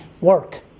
work